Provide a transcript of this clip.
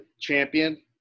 Champion –